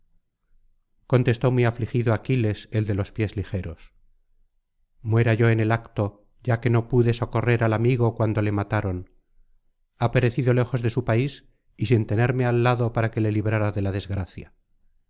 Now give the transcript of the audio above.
contestó muy afligido aquiles el de los pies ligeros muera yo en el acto ya que no pude socorrer al amigo cuando le mataron ha perecido lejos de su país y sin tenerme al lado para que le librara de la desgracia